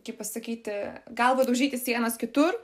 kaip pasakyti galva daužyti sienas kitur